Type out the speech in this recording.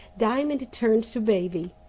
diamond turned to baby,